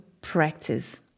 practice